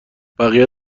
بقیه